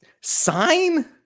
sign